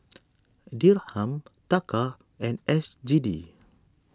Dirham Taka and S G D